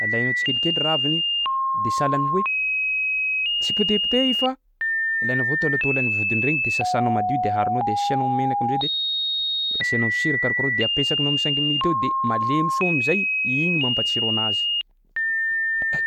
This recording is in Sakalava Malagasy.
alainao tsikelikely raviny de sahalan'ny hoe tsy potepoteha i fa alainao avao taolataolan'ny vodiny regny de sasanao madio de aharonao de asianao menaky am'zay de asianao sira, karokarohy de apetsakinao am'cinq minutes eo de malemy soa am'zay, igny mampatsiro anazy.